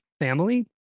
family